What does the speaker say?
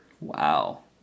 Wow